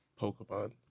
Pokemon